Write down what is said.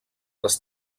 les